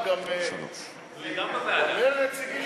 גם מרצ הגישו?